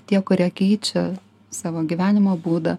tie kurie keičia savo gyvenimo būdą